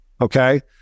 okay